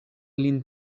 lin